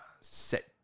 set